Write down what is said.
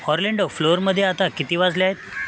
हॉर्लेंडो फ्लोअरमध्ये आता किती वाजले आहेत